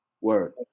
Word